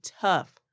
tough